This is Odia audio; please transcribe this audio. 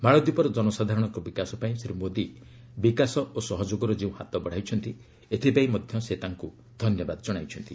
ମାଳଦୀପର ଜନସାଧାରଣଙ୍କ ବିକାଶ ପାଇଁ ଶ୍ରୀ ମୋଦୀ ବିକାଶ ଓ ସହଯୋଗର ଯେଉଁ ହାତ ବଡ଼ାଇଛନ୍ତି ଏଥିପାଇଁ ମଧ୍ୟ ସେ ତାଙ୍କୁ ଧନ୍ୟବାଦ ଜଣାଇଛନ୍ତି